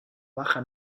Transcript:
baja